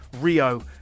Rio